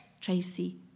Tracy